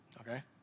Okay